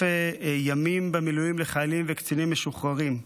ימים במילואים לחיילים וקצינים משוחררים,